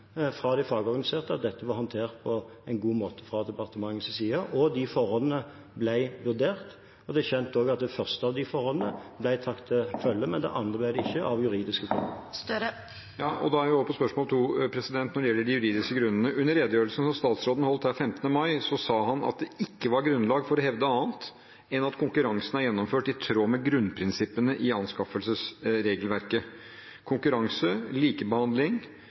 fra de fagorganiserte om at dette var håndtert på en god måte fra departementets side. Forholdene ble vurdert, og det er kjent at det første forholdet ble tatt til følge, men det andre ble det ikke, av juridiske grunner. Ja, og da er vi over på spørsmål nr. 2 når det gjelder de juridiske grunnene. Under redegjørelsen, som statsråden holdt her den 15. mai, sa han: «Det er ikke grunnlag for å hevde annet enn at konkurransen er gjennomført i tråd med grunnprinsippene i anskaffelsesregelverket: konkurranse, likebehandling,